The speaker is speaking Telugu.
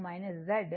0